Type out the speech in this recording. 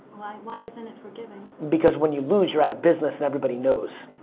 why isn't it forgiving? because when you lose, you're out of business, and everybody knows,